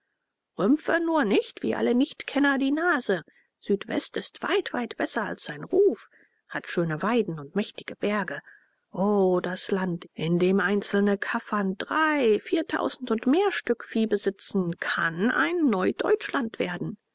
rümpfe nur nicht wie alle nichtkenner die nase südwest ist weit weit besser als sein ruf hat schöne weiden und mächtige berge o das land in dem einzelne kaffern drei viertausend und mehr stück vieh besitzen kann ein neudeutschland werden